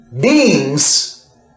beings